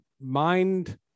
mind